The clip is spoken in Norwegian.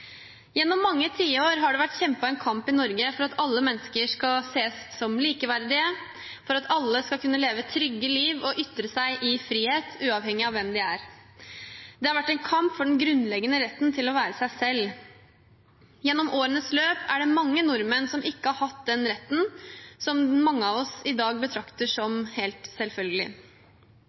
Gjennom mange tiår har det vært kjempet en kamp i Norge for at alle mennesker skal ses som likeverdige, og at alle skal kunne leve trygge liv og ytre seg i frihet, uavhengig av hvem de er. Det har vært en kamp for den grunnleggende retten til å være seg selv. Gjennom årenes løp er det mange nordmenn som ikke har hatt den retten som mange av oss i dag betrakter som helt selvfølgelig.